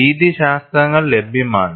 രീതിശാസ്ത്രങ്ങൾ ലഭ്യമാണ്